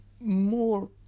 more